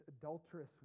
adulterous